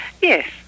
Yes